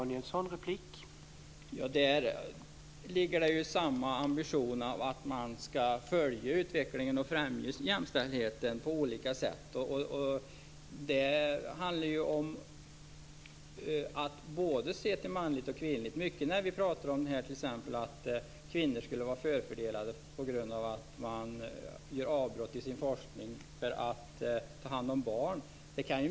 Herr talman! Där finns det ju samma ambition att man skall följa utvecklingen och främja jämställdheten på olika sätt. Det handlar om att se till både manligt och kvinnligt. Vi pratar t.ex. om att kvinnor skulle vara förfördelade därför att man gör avbrott i sin forskning för att ta hand om barn.